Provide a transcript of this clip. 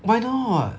why not